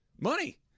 Money